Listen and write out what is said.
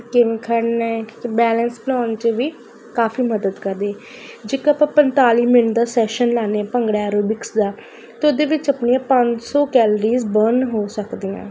ਕਿਵੇਂ ਖੜਨਾ ਹੈ ਬੈਲੈਂਸ ਬਣਾਉਣ 'ਚ ਵੀ ਕਾਫੀ ਮਦਦ ਕਰਦੀ ਜੇਕਰ ਆਪਾਂ ਪੰਤਾਲੀ ਮਿੰਟ ਦਾ ਸੈਸ਼ਨ ਲਾਨੇ ਹਾਂ ਭੰਗੜਾ ਐਰੋਬਿਕਸ ਦਾ ਅਤੇ ਉਹਦੇ ਵਿੱਚ ਆਪਣੀਆਂ ਪੰਜ ਸੌ ਕੈਲੋਰੀਜ ਬਰਨ ਹੋ ਸਕਦੀਆਂ